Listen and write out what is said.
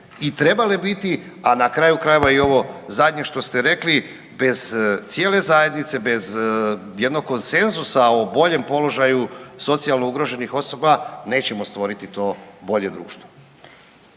i trebale biti, a na kraju krajeva i ovo zadnje što ste rekli bez cijele zajednice, bez jednog konsenzusa o boljem položaju socijalno ugroženih osoba nećemo stvoriti to bolje društvo.